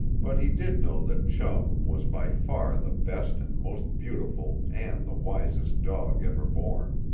but he did know that chum was by far the best and most beautiful and the wisest dog ever born.